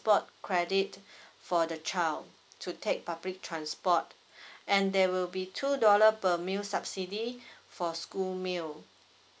credit for the child to take public transport and there will be two dollar per meal subsidy for school meal